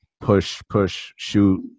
push-push-shoot